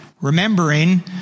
Remembering